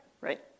Right